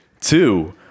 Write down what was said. two